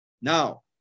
Now